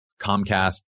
Comcast